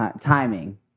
Timing